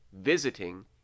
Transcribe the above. visiting